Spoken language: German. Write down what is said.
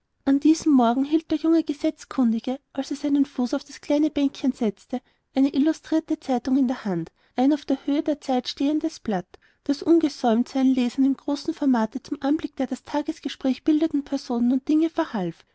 an diesem morgen hielt der junge gesetzeskundige als er seinen fuß auf das kleine bänkchen setzte eine illustrierte zeitung in der hand ein auf der höhe der zeit stehendes blatt das ungesäumt seinen lesern in großem formate zum anblicke der das tagesgespräch bildenden personen und dinge verhalf